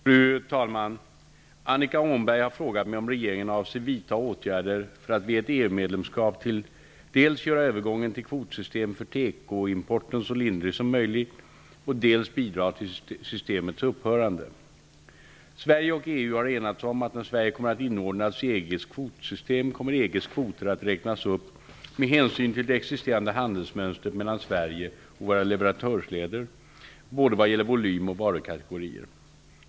Fru talman! Annika Åhnberg har frågat mig om regeringen avser vidta åtgärder för att vid ett EU medlemskap dels göra övergången till kvotsystem för tekoimporten så lindrig som möjligt, dels bidra till systemets upphörande. Sverige och EU har enats om att när Sverige kommer att inordnas i EG:s kvotsystem kommer EG:s kvoter att räknas upp med hänsyn till det existerande handelsmönstret mellan Sverige och våra leverantörsländer vad gäller både volym och varukategorier.